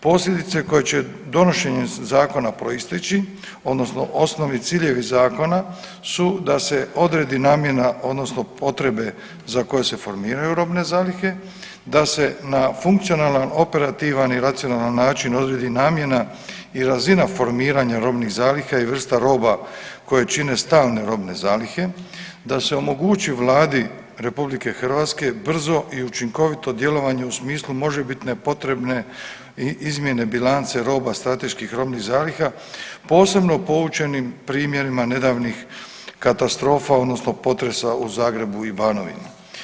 Posljedice koje će donošenjem Zakona proisteći, odnosno osnovni ciljevi Zakona su da se odredi namjena odnosno potrebe za koje se formiraju robne zalihe, da se na funkcionalan, operativan i racionalan način odredi namjena i razina formiranja robnih zaliha i vrsta roba koje čine stalne robne zalihe, da se omogući Vladi RH brzo i učinkovito djelovanje u smislu možebitne potrebne i izmjene bilance roba strateških robnih zaliha, posebno poučenim primjerima nedavnih katastrofa odnosno potresa u Zagrebu i Banovini.